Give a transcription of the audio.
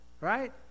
right